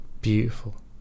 beautiful